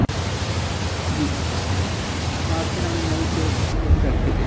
जी तो आप फिर हमें नई कैब बुक करके दें